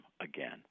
again